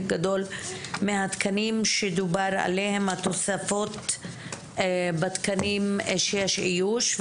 גדול מהתקנים שדובר עליהם התוספות בתקנים שיש איוש,